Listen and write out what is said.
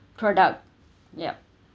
product yup